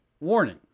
warning